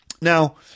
Now